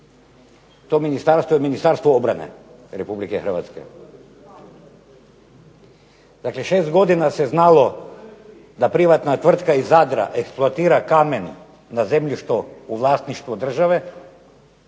to ministarstvo je Ministarstvo obrane Republike Hrvatske. Dakle, 6 godina se znalo da privatna tvrtka iz Zadra eksploatira kamen na zemljištu u vlasništvu države